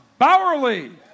Bowerly